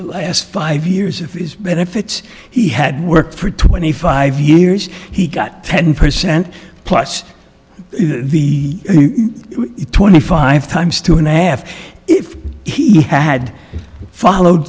as five years of benefits he had worked for twenty five years he got ten percent plus the twenty five times two and a half if he had followed